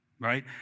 right